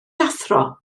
athro